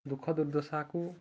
ଦୁଃଖ ଦୁର୍ଦଶାକୁ